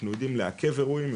אנחנו יודעים לעכב אירועים,